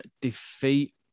defeat